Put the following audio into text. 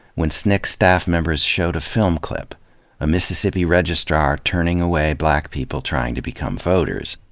when sncc staff members showed a film clip a mississippi registrar turning away black people trying to become voters.